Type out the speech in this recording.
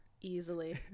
easily